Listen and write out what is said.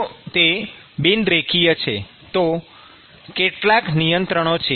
જો તે બિન રેખીય છે તો કેટલાક નિયંત્રણો છે